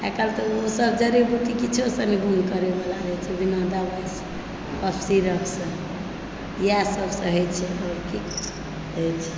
आइ काल्हि तऽ ओ सभ जड़ि बूटी किछौसँ नहि गुण करैवला रहै छै बिना दवाइ कफ सिरपसँ इएहे सभसँ होइ छै ठीक होइ छै